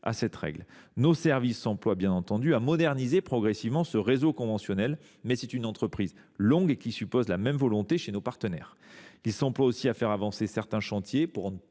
à cette règle. Nos services s’emploient bien entendu à moderniser progressivement ce réseau conventionnel, mais c’est une entreprise longue et qui suppose la même volonté chez nos partenaires. Ils s’emploient aussi à faire avancer certains chantiers pour